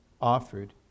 offered